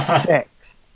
six